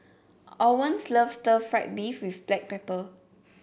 Owens loves Stir Fried Beef with Black Pepper